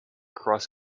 cross